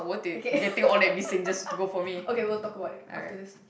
okay okay we will talk about it after this